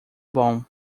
bom